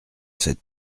cette